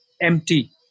empty